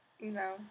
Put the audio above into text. No